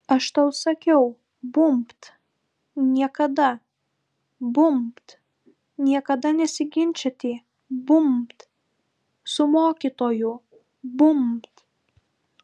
aš tau sakiau bumbt niekada bumbt niekada nesiginčyti bumbt su mokytoju bumbt